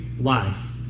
life